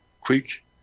quick